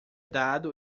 dado